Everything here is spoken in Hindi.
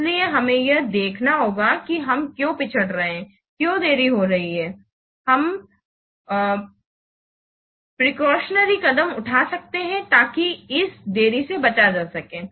इसलिए हमें यह देखना होगा कि हम क्यों पिछड़ रहे हैं क्यों देरी हो रही है इसलिए हम प्रसौतिओनर्य कदम उठा सकते हैं ताकि इस देरी से बचा जा सके